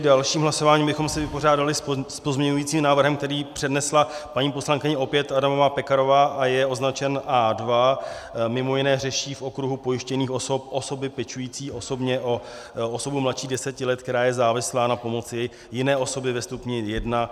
Dalším hlasováním bychom se vypořádali s pozměňovacím návrhem, který přednesla opět paní poslankyně Adamová Pekarová a je označen A2, mimo jiné řeší v okruhu pojištěných osob osoby pečující osobně o osobu mladší deseti let, která je závislá na pomoci jiné osoby ve stupni 1.